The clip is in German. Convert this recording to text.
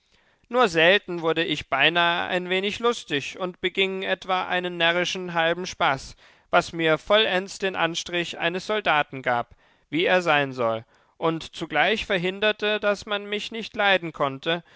nur selten wurde ich beinahe ein wenig lustig und beging etwa einen närrischen halben spaß was mir vollends den anstrich eines soldaten gab wie er sein soll und zugleich verhinderte daß man mich nicht leiden konnte